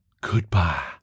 goodbye